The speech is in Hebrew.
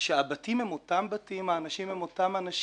שהבתים הם אותם בתים, האנשים הם אותם אנשים.